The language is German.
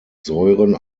säuren